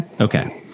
Okay